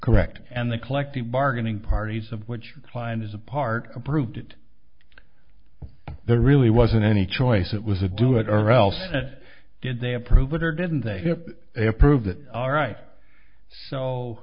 correct and the collective bargaining parties of which the client is a part approved it there really wasn't any choice it was a do it or else that did they approve it or didn't they if they approve it all right so